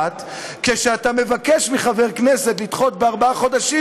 שכשאתה מבקש מחבר כנסת לדחות בארבעה חודשים,